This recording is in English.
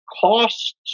costs